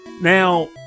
Now